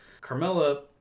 Carmela